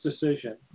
decision